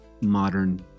modern